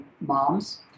moms